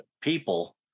people